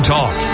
Talk